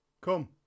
Come